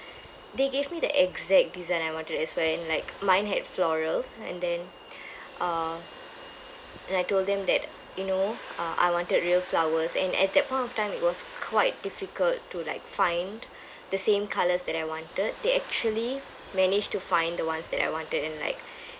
they gave me the exact design I wanted as well and like mine had florals and then uh then I told them that you know uh I wanted real flowers and at that point of time it was quite difficult to like find the same colours that I wanted they actually managed to find the ones that I wanted and like